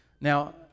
Now